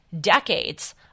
decades